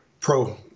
Pro